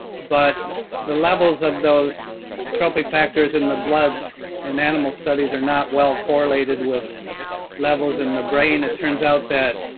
but the levels of those trophic factors in the blood and animal studies are not well correlated with levels in the brain. it turns out that